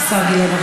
אדוני.